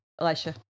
Elisha